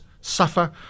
suffer